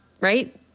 right